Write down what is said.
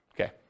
Okay